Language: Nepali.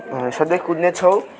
सधैँ कुद्नेछौँ